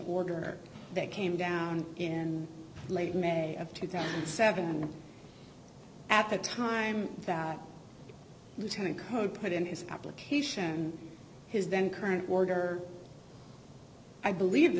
order that came down in late may of two thousand and seven at the time that lieutenant code put in his application his then current order i believe the